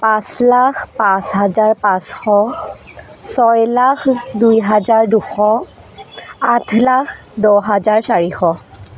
পাঁচ লাখ পাঁচ হাজাৰ পাঁচশ ছয় লাখ দুই হাজাৰ দুশ আঠ লাখ দহ হাজাৰ চাৰিশ